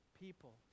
people